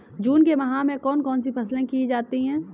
जून के माह में कौन कौन सी फसलें की जाती हैं?